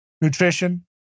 nutrition